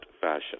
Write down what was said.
fashion